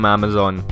Amazon